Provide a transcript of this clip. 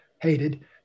hated